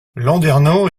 landernau